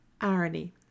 irony